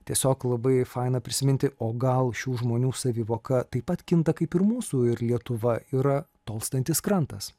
tiesiog labai faina prisiminti o gal šių žmonių savivoka taip pat kinta kaip ir mūsų ir lietuva yra tolstantis krantas